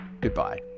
Goodbye